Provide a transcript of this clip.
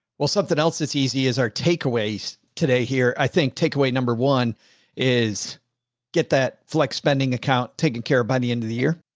well, something else. that's easy as our takeaways today here. i think takeaway number one is get that flex spending account taken care of by the end of the year,